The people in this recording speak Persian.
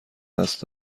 دست